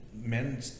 men